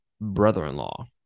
brother-in-law